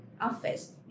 office